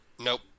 Nope